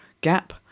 gap